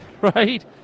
Right